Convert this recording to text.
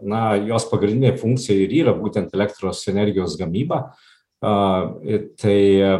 na jos pagrindinė funkcija ir yra būtent elektros energijos gamyba a ir tai